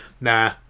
Nah